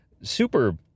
super